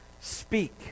speak